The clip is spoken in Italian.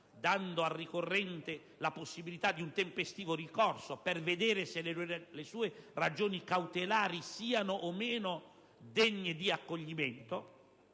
quindi al ricorrente la possibilità di un tempestivo ricorso, per vedere se le sue ragioni cautelari siano o meno degne di accoglimento,